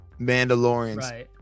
Mandalorians